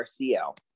RCL